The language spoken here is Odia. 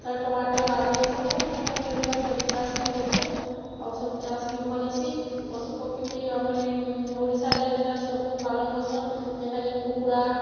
ତ ଟମାଟର୍ ଆଲୁ ସବୁ ଏନ୍ତା ପନିପରିବା ସବୁ ଚାଷ୍ ବି କର୍ସନ୍ ଆଉ ସବୁ ଚାଷ୍ ବି ଭଲ୍ ହେସିଁ ପଶୁ ପକ୍ଷୀ ବି ଆମର୍ ଇ ଆମର୍ ଓଡ଼ିଶାରେ ଏନ୍ତା ସବୁ ପାଲନ୍ କର୍ସନ୍ ଯେନ୍ତାକି କୁକୁଡ଼ା